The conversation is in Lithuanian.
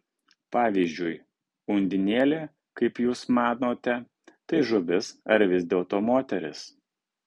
pavyzdžiui undinėlė kaip jūs manote tai žuvis ar vis dėlto moteris